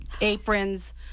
aprons